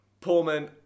Pullman